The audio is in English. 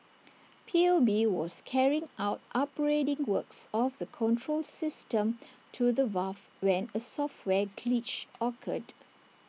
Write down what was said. P U B was carrying out upgrading works of the control system to the valve when A software glitch occurred